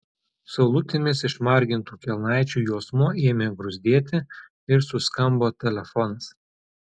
saulutėmis išmargintų kelnaičių juosmuo ėmė gruzdėti ir suskambo telefonas